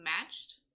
matched